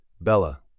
Bella